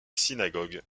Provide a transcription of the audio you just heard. synagogue